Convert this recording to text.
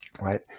Right